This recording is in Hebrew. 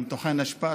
עם טוחן אשפה,